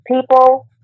people